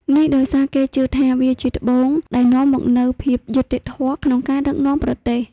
នេះដោយសារគេជឿថាវាជាត្បូងដែលនាំមកនូវភាពយុត្តិធម៌ក្នុងការដឹកនាំប្រទេស។